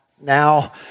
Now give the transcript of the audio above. now